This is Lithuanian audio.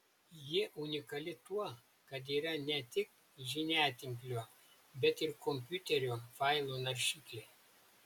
ji unikali tuo kad yra ne tik žiniatinklio bet ir kompiuterio failų naršyklė